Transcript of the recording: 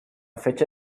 fecha